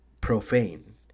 profane